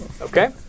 Okay